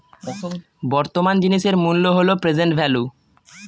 বর্তমান জিনিসের মূল্য হল প্রেসেন্ট ভেল্যু